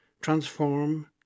transform